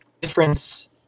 difference